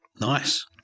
Nice